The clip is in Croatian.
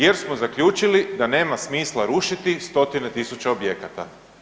Jer smo zaključili da nema smisla rušiti stotine tisuća objekata.